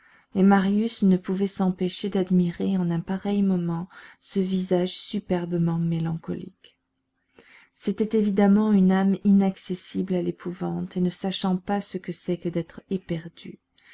et marius ne pouvait s'empêcher d'admirer en un pareil moment ce visage superbement mélancolique c'était évidemment une âme inaccessible à l'épouvante et ne sachant pas ce que c'est que d'être éperdue